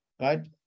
right